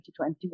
2021